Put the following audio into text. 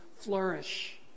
flourish